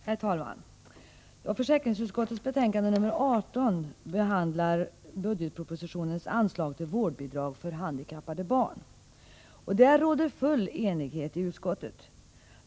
Herr talman! Socialförsäkringsutskottets betänkande 18 behandlar budgetpropositionens anslag till vårdbidrag för handikappade barn. På den punkten råder full enighet i utskottet.